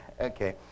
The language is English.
Okay